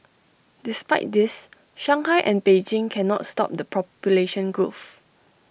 despite this Shanghai and Beijing cannot stop the population growth